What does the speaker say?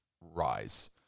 rise